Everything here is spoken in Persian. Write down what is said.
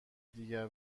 دیگر